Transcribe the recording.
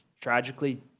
tragically